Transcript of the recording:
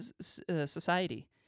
society